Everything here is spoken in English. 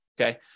Okay